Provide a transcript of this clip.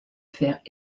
faire